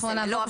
לא,